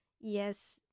Yes